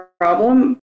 problem